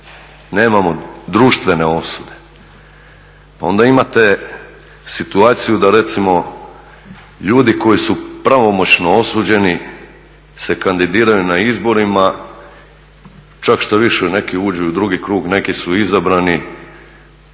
nemamo društvene osude. Pa onda imate situaciju da recimo ljudi koji su pravomoćno osuđeni se kandidiraju na izborima, čak štoviše neki uđu u drugi krug, neki su izabrani,